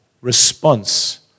response